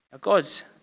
God's